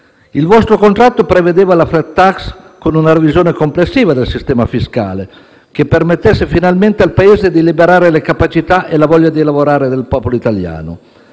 Il vostro contratto prevedeva la *flat tax* con una revisione complessiva del sistema fiscale, che permettesse finalmente al Paese di liberare le capacità e la voglia di lavorare del popolo italiano.